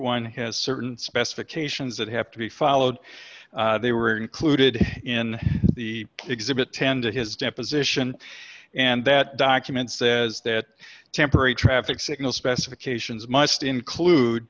one has certain specifications that have to be followed they were included in the exhibit ten to his deposition and that document says that temporary traffic signal specifications must include